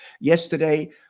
Yesterday